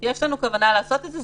יש לנו כוונה לעשות את זה.